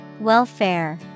Welfare